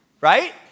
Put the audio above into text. right